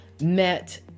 met